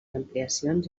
ampliacions